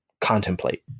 contemplate